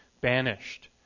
banished